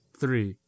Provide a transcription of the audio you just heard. three